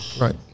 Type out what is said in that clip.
right